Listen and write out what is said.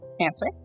answer